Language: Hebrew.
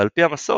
ועל פי המסורת,